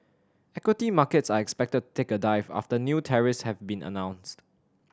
equity markets are expected take a dive after new tariffs have been announced